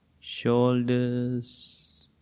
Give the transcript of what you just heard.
shoulders